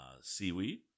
seaweed